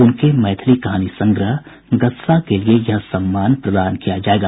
उनके मैथिली कहानी संग्रह गस्सा के लिए यह सम्मान प्रदान किया जायेगा